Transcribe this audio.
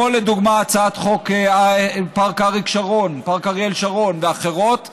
לדוגמה הצעת חוק פארק אריאל שרון ואחרות,